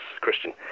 Christian